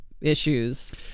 issues